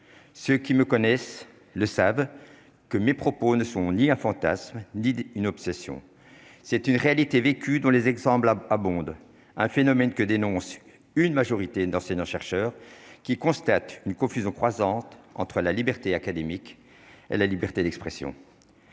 ceux qui me connaissent le savent, que mes propos ne sont ni un fantasme, dit une obsession, c'est une réalité vécue dans les exemples là abondent, un phénomène que dénoncent une majorité d'enseignants chercheurs qui constate une confusion croissante entre la liberté académique, la liberté d'expression,